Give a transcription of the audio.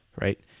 right